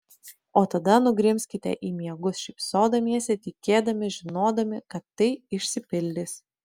o tada nugrimzkite į miegus šypsodamiesi tikėdami žinodami kad tai išsipildys